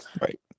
Right